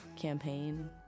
campaign